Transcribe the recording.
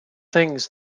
things